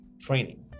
training